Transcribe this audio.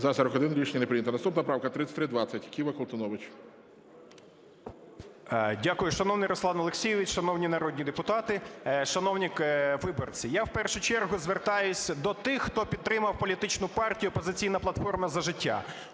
За-41 Рішення не прийнято. Наступна правка 3320, Кива, Колтунович. 17:22:18 КОЛТУНОВИЧ О.С. Дякую. Шановний Руслан Олексійович, шановні народні депутати, шановні виборці, я в першу чергу звертаюся до тих, хто підтримав політичну партію "Опозиційна платформа - За життя".